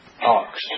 ox